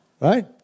Right